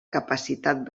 capacitat